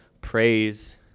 praise